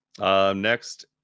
Next